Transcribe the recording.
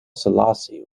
selassie